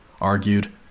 argued